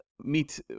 meet